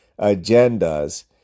agendas